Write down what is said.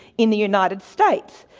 in the united states.